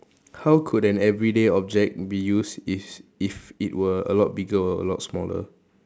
how could an everyday object be used if if it were a lot bigger or a lot smaller